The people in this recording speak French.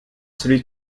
celui